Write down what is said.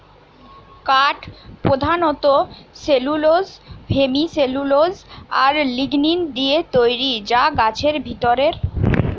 কাঠ পোধানত cellulose, hemicellulose আর লিগনিন দিয়ে তৈরি যা গাছের ভিতরের জিনিস